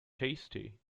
tasty